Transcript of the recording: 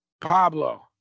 Pablo